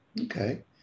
Okay